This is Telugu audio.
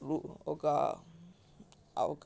ఒక ఒక